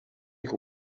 ich